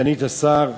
סגנית השר,